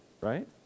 right